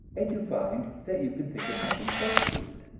and you find that you can think of nothing but food.